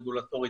תשתיות לאומיות,